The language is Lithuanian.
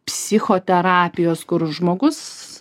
psichoterapijos kur žmogus